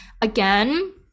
Again